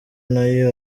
nayo